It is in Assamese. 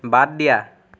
বাদ দিয়া